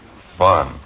Fun